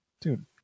dude